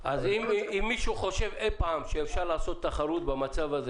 אם מישהו חושב אי-פעם שאפשר לעשות תחרות בתנאים האלה,